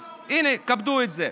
אז הינה, כבדו את זה.